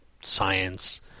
science